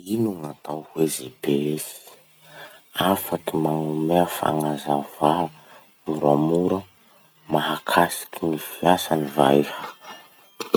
Ino gn'atao hoe GPS? Afaky manome fanazavà moramora mahakasiky ny fiasany va iha?